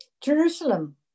Jerusalem